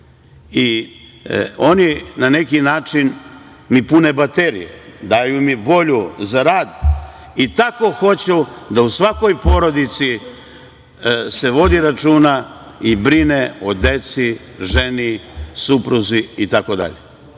Oni na neki način mi pune baterije, daju mi volju za rad. I tako hoću da u svakoj porodici se vodi računa i brine o deci, ženi, supruzi